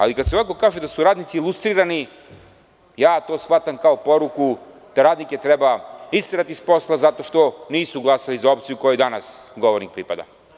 Ali, kada se kaže da su radnici lustrirani, to shvatam kao poruku da radnike treba isterati sa posla zato što nisu glasali za frakciju kojoj danas govornik pripada.